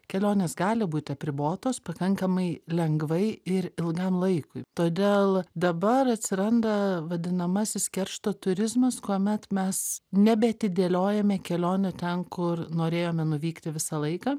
kelionės gali būti apribotos pakankamai lengvai ir ilgam laikui todėl dabar atsiranda vadinamasis keršto turizmas kuomet mes nebe atidėliojame kelionių ten kur norėjome nuvykti visą laiką